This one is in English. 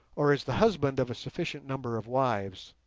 or is the husband of a sufficient number of wives.